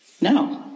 No